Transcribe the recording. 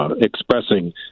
expressing